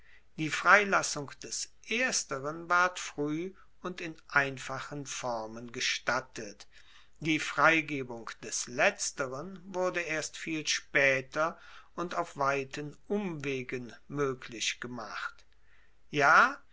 die freilassung des ersteren ward frueh und in einfachen formen gestattet die freigebung des letzteren wurde erst viel spaeter und auf weiten umwegen moeglich gemacht ja